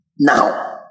now